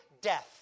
death